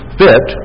fit